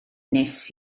wnes